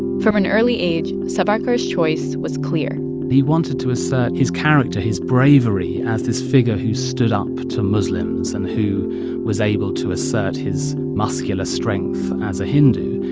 from an early age, savarkar's choice was clear he wanted to assert his character, his bravery, as this figure who stood up to muslims and who was able to assert his muscular strength as a hindu.